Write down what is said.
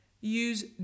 use